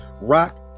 Rock